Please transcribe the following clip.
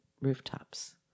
rooftops